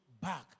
back